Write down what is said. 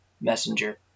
Messenger